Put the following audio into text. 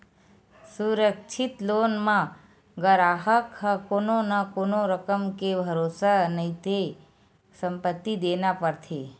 सुरक्छित लोन म गराहक ह कोनो न कोनो रकम के भरोसा नइते संपत्ति देना परथे